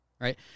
right